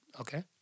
Okay